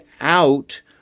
out